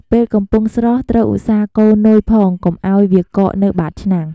ពេលកំពុងស្រុះត្រូវ ឧស្សាហ៍កូរនុយផងកុំឱ្យវាកកនៅបាតឆ្នាំង។